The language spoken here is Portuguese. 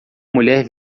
mulher